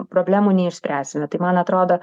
problemų neišspręsime tai man atrodo